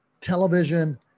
television